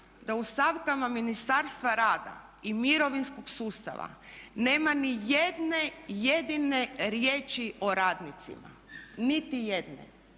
da u stavkama Ministarstva rada i mirovinskog sustava nema ni jedne jedine riječi o radnicima, niti jedne.